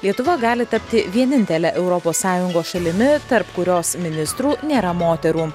lietuva gali tapti vienintele europos sąjungos šalimi tarp kurios ministrų nėra moterų